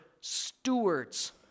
stewards